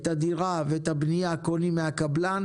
את הדירה ואת הבניין קונים מהקבלן.